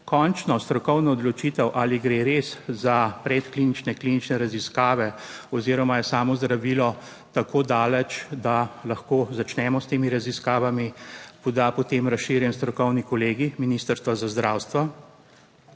končno strokovno odločitev, ali gre res za predklinične klinične raziskave oziroma je samo zdravilo tako daleč, da lahko začnemo s temi raziskavami, poda potem razširjen strokovni kolegij Ministrstva za zdravstvo.